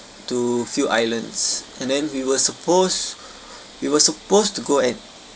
to few islands and then we were supposed we were supposed to go and